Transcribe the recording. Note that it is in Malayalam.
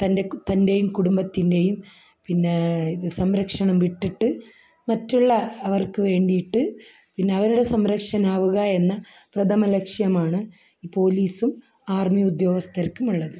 തൻ്റെ തൻ്റെയും കുടുംബത്തിൻ്റെയും പിന്നെ ഇത് സംരക്ഷണം വിട്ടിട്ട് മറ്റുള്ളവർക്ക് വേണ്ടിയിട്ട് അവരുടെ സംരക്ഷകനാവുക എന്ന പ്രഥമ ലക്ഷ്യമാണ് പോലീസും ആർമി ഉദ്യോഗസ്ഥർക്കും ഉള്ളത്